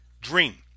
dream